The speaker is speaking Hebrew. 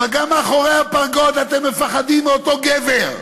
אבל גם מאחורי הפרגוד אתם מפחדים מאותו גבר,